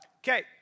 Okay